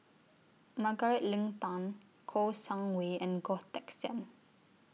Margaret Leng Tan Kouo Shang Wei and Goh Teck Sian